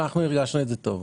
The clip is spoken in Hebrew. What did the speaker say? אבל אנחנו הרגשנו את זה טוב.